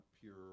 pure